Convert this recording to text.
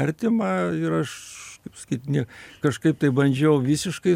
artima ir aš kaip sakyt nė kažkaip tai bandžiau visiškai